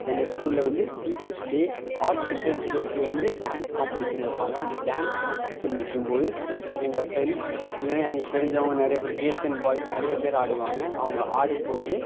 எங்கள் ஸ்கூலில் வந்து டீச்சர்ஸ் டே ஆர் சில்ரன்ஸ் டேக்கு வந்து டான்ஸ் காம்பெடிஷன் வைப்பாங்க அந்த டான்ஸ் காம்பெடிஷன் வைக்கும்போது எங்கள் ஃபிரெண்ட்ஸ் இல்லைன்னா எங்களுக்கு தெரிஞ்சவங்க நிறையா பேர் கேர்ல்ஸ் அண்ட் பாய்ஸ் நிறையா பேர் ஆடுவாங்க அவங்க ஆடும்போது